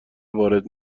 وارد